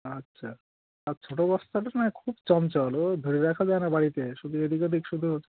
আচ্ছা আর ছোট বাচ্চাটা না খুব চঞ্চল ওর ধরে রাখা যায় না বাড়িতে শুধু এদিক ওদিক শুধু ওর